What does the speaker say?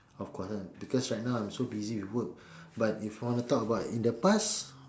of course lah because right now I'm so busy with work but if you wanna talk about in the past